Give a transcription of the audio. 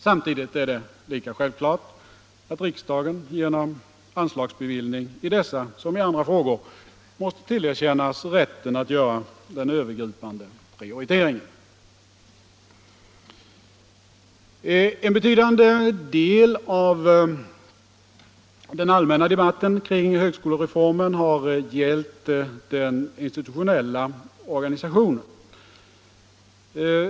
Samtidigt är det lika självklart att riksdagen genom anslagsbeviljning i dessa som i andra frågor måste tillerkännas rätten att göra den övergripande prioriteringen. En betydande del av den allmänna debatten kring högskolereformen har gällt den institutionella organisationen.